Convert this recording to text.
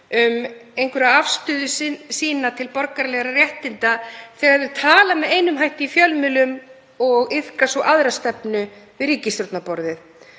um afstöðu sína til borgaralegra réttinda þegar þau tala með einum hætti í fjölmiðlum og iðka svo aðra stefnu við ríkisstjórnarborðið.